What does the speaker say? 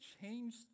change